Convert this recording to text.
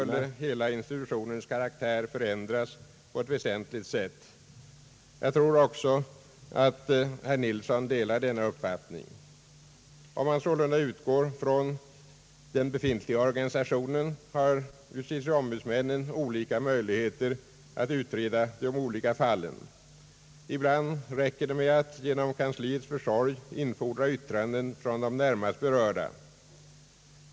Om så skedde skulle hela institutionens karaktär förändras på ett väsentligt sätt. Jag tror att också herr Nils Nilsson delar denna uppfattning. Om man sålunda utgår från den befintliga organisationen, har justitieombudsmännen olika möjligheter att utreda de olika fallen. Ibland räcker det med att genom kansliets försorg infordra yttranden från de närmast berörda.